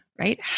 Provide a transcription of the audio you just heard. right